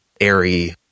airy